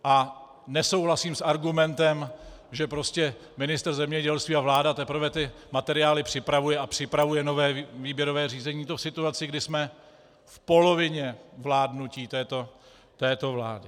A nesouhlasím s argumentem, že prostě ministr zemědělství a vláda teprve materiály připravuje a připravuje nové výběrové řízení, a to v situaci, kdy jsme v polovině vládnutí této vlády.